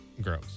gross